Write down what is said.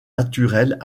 naturelles